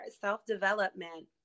self-development